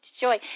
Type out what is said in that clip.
joy